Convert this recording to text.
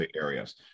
areas